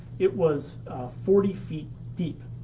it was forty feet deep.